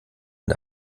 mit